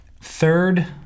third